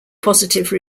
positive